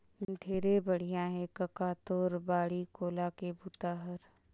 ढेरे बड़िया हे कका तोर बाड़ी कोला के बूता हर